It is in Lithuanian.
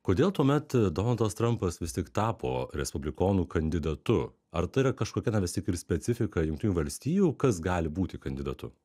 kodėl tuomet donaldas trampas vis tik tapo respublikonų kandidatu ar tai yra kažkokia na vis tik ir specifika jungtinių valstijų kas gali būti kandidatu